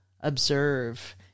observe